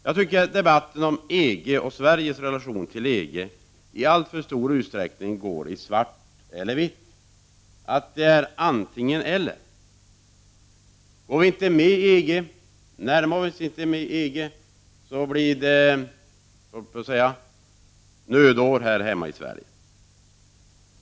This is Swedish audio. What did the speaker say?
Jag tycker att debatten om EG och Sveriges relation till EG i alltför stor utsträckning går i svart eller vitt, antingen eller. Om vi inte är med i EG, om vi inte närmar oss EG, då blir det — höll jag på att säga — nödår här hemma i Sverige.